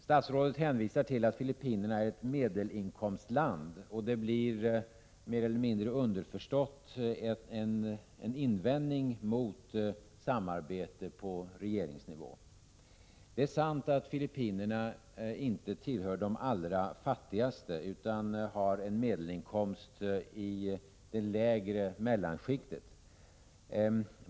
Statsrådet hänvisar till att Filippinerna är ett medelinkomstland — det blir mer eller mindre underförstått en invändning mot samarbete på regeringsnivå. Det är sant att Filippinerna inte tillhör de allra fattigaste länderna utan har en medelinkomst i det lägre mellanskiktet.